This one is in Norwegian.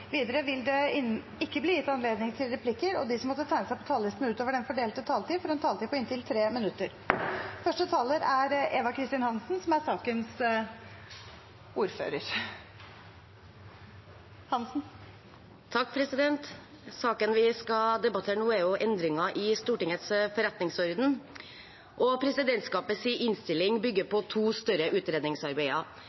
Videre vil det – innenfor den fordelte taletid – bli gitt anledning til inntil seks replikker med svar etter innlegg fra medlemmer av regjeringen, og de som måtte tegne seg på talerlisten utover den fordelte taletid, får en taletid på inntil 3 minutter.